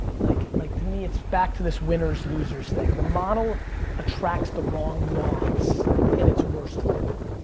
like like to me it's back to this winners, losers thing. the model attracts the wrong moths in it's worst form.